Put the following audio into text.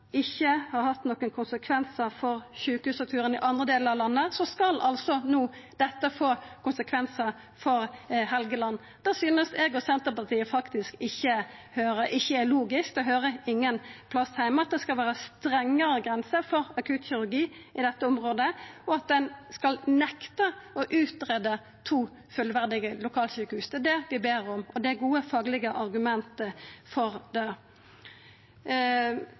ikkje har hatt nokre konsekvensar for sjukehusstrukturen i alle delar av landet, skal altså dette no få konsekvensar for Helgeland. Det synest eg og Senterpartiet faktisk ikkje er logisk. Det høyrer ingen plass heime at det skal vera strengare grenser for akuttkirurgi i dette området, og at ein skal nekta å utgreia to fullverdige lokalsjukehus. Det er det vi ber om, og det er gode faglege argument for det.